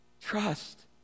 Trust